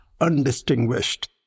undistinguished